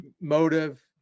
motive